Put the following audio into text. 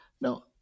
Now